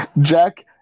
Jack